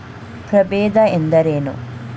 ಪ್ರಭೇದ ಎಂದರೇನು?